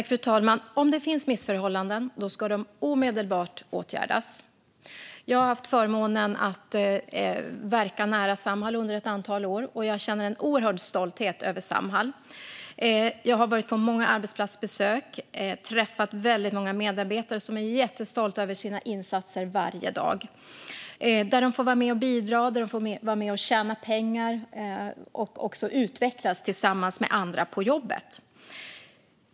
Fru talman! Om det finns missförhållanden ska de omedelbart åtgärdas. Jag har haft förmånen att få verka nära Samhall under ett antal år, och jag känner en oerhörd stolthet över Samhall. Jag har varit på många arbetsplatsbesök och träffat väldigt många medarbetare som är jättestolta över sina insatser varje dag. De får vara med och bidra, tjäna pengar och också utvecklas tillsammans med andra på jobbet.